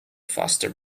faster